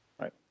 Right